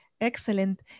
excellent